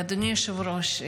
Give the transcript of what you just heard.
ואדוני היושב-ראש,